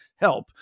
help